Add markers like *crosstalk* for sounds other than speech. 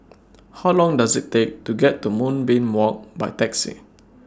*noise* How Long Does IT Take to get to Moonbeam Walk By Taxi